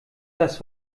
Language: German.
das